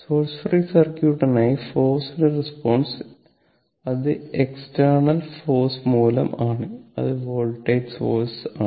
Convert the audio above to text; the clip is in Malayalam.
സോഴ്സ് ഫ്രീ സർക്യൂട്ടിനായി ഫോർസ്ഡ് റെസ്പോൺസ് അത് എക്സ്റ്റർനാൽ ഫോഴ്സ് മൂലം ആണ് അത് വോൾടേജ് സോഴ്സ് ആണ്